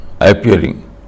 appearing